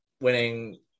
winning